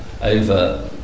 over